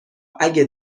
اگه